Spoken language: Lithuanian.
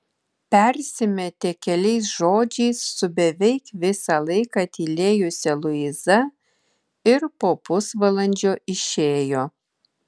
persimetė keliais žodžiais su beveik visą laiką tylėjusia luiza ir po pusvalandžio išėjo